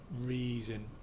reason